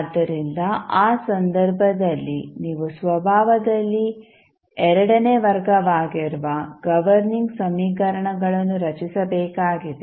ಆದ್ದರಿಂದ ಆ ಸಂದರ್ಭದಲ್ಲಿ ನೀವು ಸ್ವಭಾವದಲ್ಲಿ ಎರಡನೇ ವರ್ಗವಾಗಿರುವ ಗವರ್ನಿಂಗ್ ಸಮೀಕರಣಗಳನ್ನು ರಚಿಸಬೇಕಾಗಿದೆ